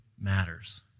matters